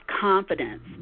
confidence